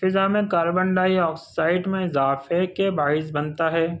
فضا میں carbon dioxide میں اضافے کے باعث بنتا ہے